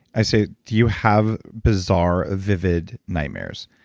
i say, do you have bizarre vivid nightmares?